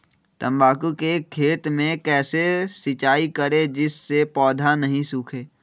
तम्बाकू के खेत मे कैसे सिंचाई करें जिस से पौधा नहीं सूखे?